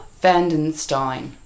Vandenstein